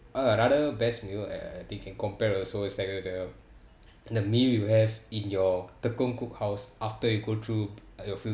a~ another best meal uh I think can compare also it's like uh the the meal you have in your tekong cook house after you go through your field